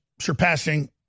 surpassing